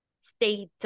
state